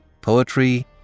poetry